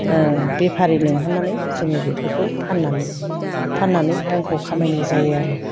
बेफारि लिंहरनानै जोङो बेफोरखौ फाननानै रांखौ खामायनाय जायो आरो